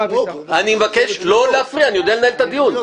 אני יודע לנהל את הדיון.